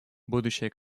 будущее